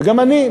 וגם אני,